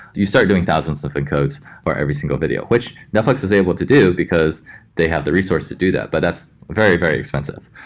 you start doing thousands of encodes for every single video, which netflix is able to do, because they have the resource to do that, but that's very, very expensive,